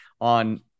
on